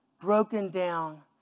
broken-down